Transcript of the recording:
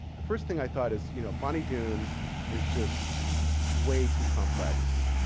the first thing i thought is you know bonny doon is just way too complex.